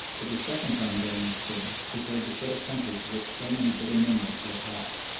for the second time during their stay prepared to quit a country to which so many bitter memories were attached.